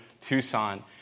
Tucson